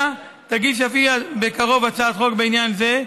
תגיש אף היא בקרוב הצעת חוק בעניין זה,